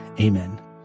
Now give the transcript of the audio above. Amen